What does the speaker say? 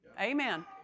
Amen